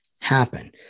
happen